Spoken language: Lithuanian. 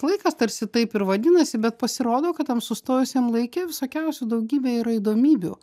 laikas tarsi taip ir vadinasi bet pasirodo kad tam sustojusiam laike visokiausių daugybė yra įdomybių